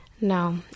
No